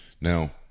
Now